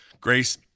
Grace